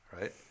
right